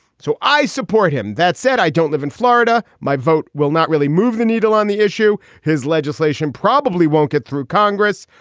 so i support him. that said, i don't live in florida. my vote will not really move the needle on the issue. his legislation probably won't get through congress.